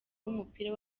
w’umupira